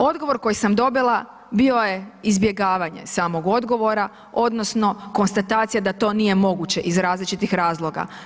Odgovor koji sam dobila bio je izbjegavanje samog odgovora odnosno konstatacija da to nije moguće iz različitih razloga.